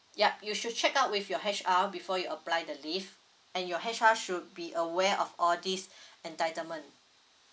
yup you should check out with your H_R before you apply the leave and your H_R should be aware of all these entitlement